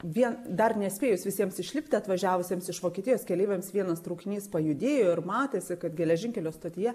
vien dar nespėjus visiems išlipti atvažiavusiems iš vokietijos keleiviams vienas traukinys pajudėjo ir matėsi kad geležinkelio stotyje